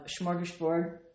smorgasbord